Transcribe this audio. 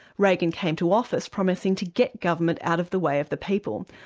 reagan came to office promising to get government out of the way of the people,